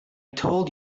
told